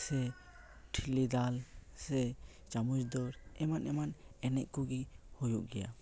ᱥᱮ ᱴᱷᱤᱞᱤ ᱫᱟᱞ ᱥᱮ ᱪᱟᱢᱚᱡ ᱫᱟᱹᱲ ᱮᱢᱟᱱ ᱮᱢᱟᱱ ᱮᱱᱮᱡ ᱠᱚᱜᱮ ᱦᱩᱭᱩᱜ ᱜᱮᱭᱟ